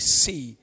see